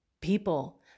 people